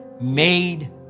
made